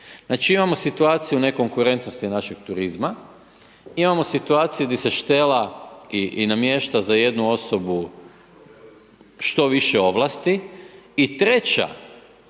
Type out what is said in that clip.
Znači imamo situaciju nekonkurentnosti našeg turizma, imamo situacije gdje se štela i namješta za jednu osobu što više ovlasti, i treća